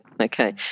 Okay